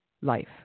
life